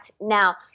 now